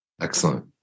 Excellent